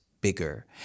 bigger